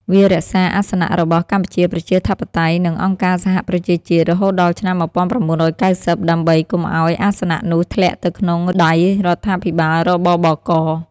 វារក្សាអាសនៈរបស់ កម្ពុជាប្រជាធិបតេយ្យ នៅអង្គការសហប្រជាជាតិ រហូតដល់ឆ្នាំ ១៩៩០ ដើម្បីកុំឱ្យអាសនៈនោះធ្លាក់ទៅក្នុងដៃរដ្ឋាភិបាល រ.ប.ប.ក.។